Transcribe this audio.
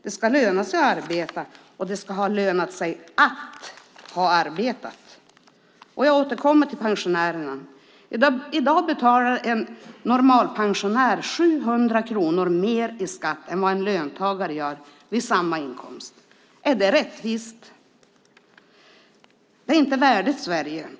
Det ska löna sig att arbeta, och det ska löna sig att ha arbetat. Jag återkommer till pensionärerna. I dag betalar en normalpensionär 700 kronor mer i skatt än vad en löntagare gör vid samma inkomst. Är det rättvist? Det är inte värdigt Sverige.